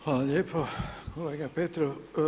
Hvala lijepo kolega Petrov.